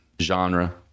genre